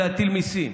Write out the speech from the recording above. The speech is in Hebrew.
מלהטיל מיסים.